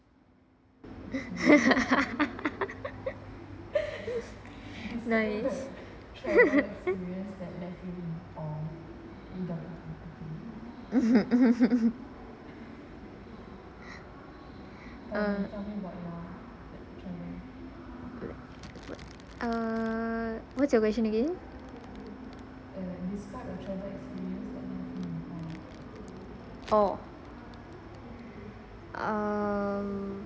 nice uh err what's your question again orh err